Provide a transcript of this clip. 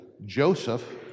Joseph